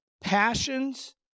passions